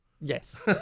Yes